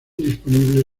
disponible